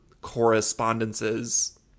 correspondences